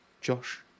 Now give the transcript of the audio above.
Josh